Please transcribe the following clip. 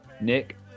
Nick